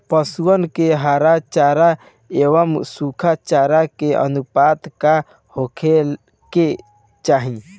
पशुअन के हरा चरा एंव सुखा चारा के अनुपात का होखे के चाही?